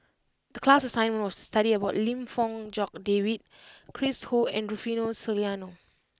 the class assignment was to study about Lim Fong Jock David Chris Ho and Rufino Soliano